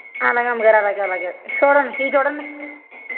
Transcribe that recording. అలాగే అమ్మగారు అలాగే అలాగే చూడండి ఇవి చూడండి